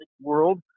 world